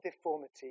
deformity